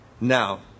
Now